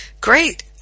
great